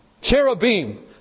cherubim